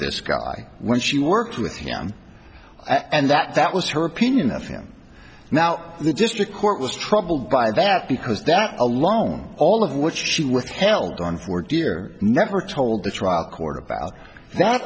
this guy when she worked with him and that that was her opinion of him now the district court was troubled by that because that alone all of which she with held on for dear never told the trial court about that